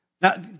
Now